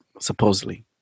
supposedly